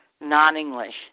non-English